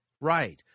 right